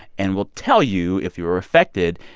and we'll tell you if you're affected.